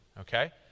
okay